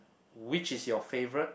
which is your favourite